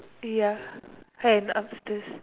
ya and upstairs